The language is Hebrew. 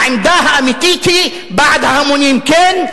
העמדה האמיתית היא בעד ההמונים כן,